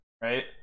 right